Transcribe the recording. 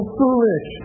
foolish